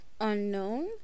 unknown